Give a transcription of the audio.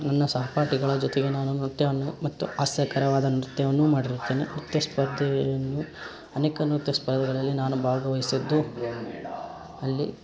ನನ್ನ ಸಹಪಾಠಿಗಳ ಜೊತೆಗೆ ನಾನು ನೃತ್ಯವನ್ನು ಮತ್ತು ಹಾಸ್ಯಕರವಾದ ನೃತ್ಯವನ್ನು ಮಾಡಿರುತ್ತೇನೆ ನೃತ್ಯ ಸ್ಪರ್ಧೆಯನ್ನು ಅನೇಕ ನೃತ್ಯ ಸ್ಪರ್ಧೆಗಳಲ್ಲಿ ನಾನು ಭಾಗವಹಿಸಿದ್ದು ಅಲ್ಲಿ